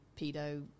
pedo